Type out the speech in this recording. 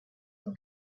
will